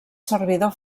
servidor